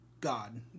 god